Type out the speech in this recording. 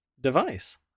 device